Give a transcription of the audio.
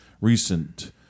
recent